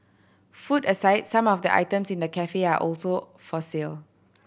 food aside some of the items in the cafe are also for sale